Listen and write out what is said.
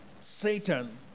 Satan